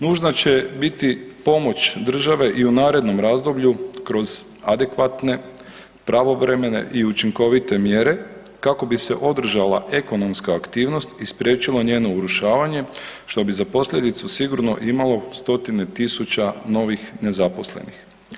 Nužna će biti pomoć države i u narednom razdoblju kroz adekvatne, pravovremene i učinkovite mjere, kako bi se održala ekonomska aktivnost i spriječilo njeno urušavanje, što bi za posljedicu sigurno imalo 100-tine tisuća novih nezaposlenih.